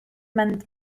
meant